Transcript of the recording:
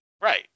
Right